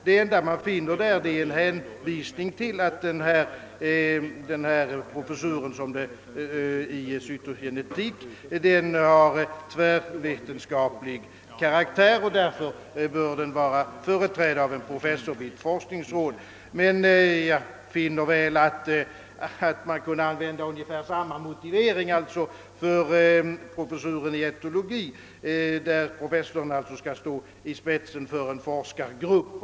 Det enda man finner är en hänvisning till att forskningen i cytogenetik har tvärvetenskaplig karaktär och därför bör vara företrädd av en professor vid ett forskningsråd. Men jag tycker att ungefär samma motivering kan användas då det gäller professuren i etologi, där professorn också skall stå i spetsen för en forskargrupp.